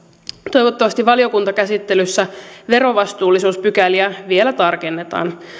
toivottavasti valiokuntakäsittelyssä verovastuullisuuspykäliä vielä tarkennetaan